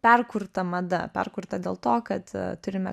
perkurta mada perkurta dėl to kad turime